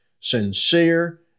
sincere